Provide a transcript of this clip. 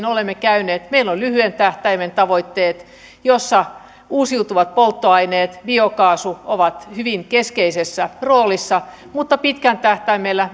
olemme käyneet että meillä on lyhyen tähtäimen tavoitteet joissa uusiutuvat polttoaineet biokaasu ovat hyvin keskeisessä roolissa mutta pitkällä tähtäimellä